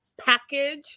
package